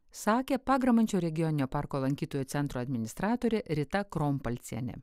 sakė pagramančio regioninio parko lankytojų centro administratorė rita krompalcienė